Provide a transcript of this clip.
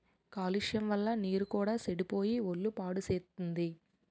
కాలుష్యం వల్ల నీరు కూడా సెడిపోయి ఒళ్ళు పాడుసేత్తుంది